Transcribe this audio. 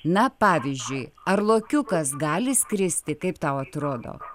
na pavyzdžiui ar lokiukas gali skristi kaip tau atrodo